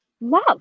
Love